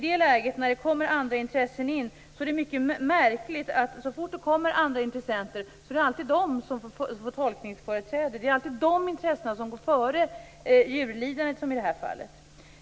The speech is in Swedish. När då andra intressen kommer in är det, märkligt nog, alltid de som får tolkningsföreträde; det är alltid de intressena som går före djurlidandet, precis som i det här fallet.